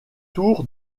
tour